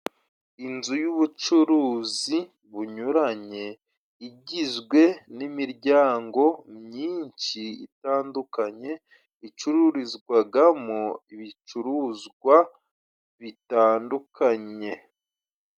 Inzu y'ubucuruzi bunyuranye igizwe n'imiryango myinshi itandukanye, icururizwagamo ibicuruzwa bitandukanye.